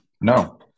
No